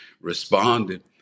responded